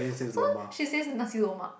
so she says nasi-lemak